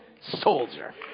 soldier